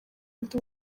ndi